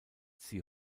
sie